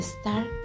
start